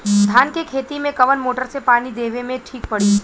धान के खेती मे कवन मोटर से पानी देवे मे ठीक पड़ी?